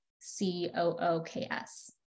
c-o-o-k-s